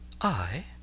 I